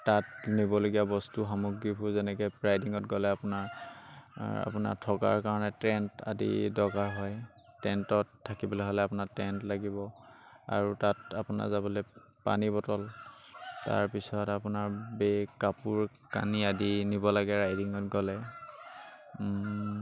তাত নিবলগীয়া বস্তু সামগ্ৰীবোৰ যেনেকৈ ৰাইডিঙত গ'লে আপোনাৰ আপোনাৰ থকাৰ কাৰণে টেণ্ট আদি দৰকাৰ হয় টেণ্টত থাকিবলৈ হ'লে আপোনাৰ টেণ্ট লাগিব আৰু তাত আপোনাৰ যাবলৈ পানী বটল তাৰপিছত আপোনাৰ বেগ কাপোৰ কানি আদি নিব লাগে ৰাইডিঙত গ'লে